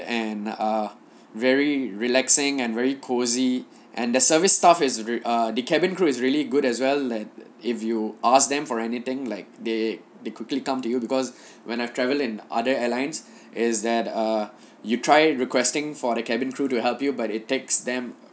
and uh very relaxing and very cozy and their service staff is err the cabin crew is really good as well and if you ask them for anything like they they quickly come to you because when I've traveled in other airlines is that err you try requesting for the cabin crew to help you but it takes them